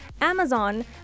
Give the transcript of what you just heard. Amazon